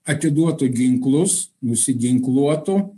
atiduotų ginklus nusiginkluotų